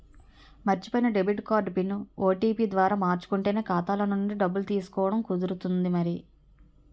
మర్చిపోయిన debit card PIN, OTP ద్వారా మార్చుకుంటేనే ఖాతాలో నుండి డబ్బులు తీసుకోవడం కుదురుతుంది మరి